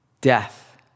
Death